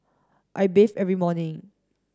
I bathe every morning